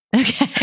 Okay